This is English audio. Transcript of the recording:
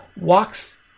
walks